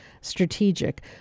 strategic